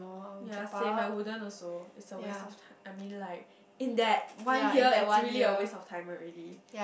ya same I wouldn't also it's a waste of I mean like in that one year it's really a waste of time already